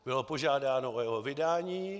Bylo požádáno o jeho vydání.